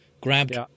grabbed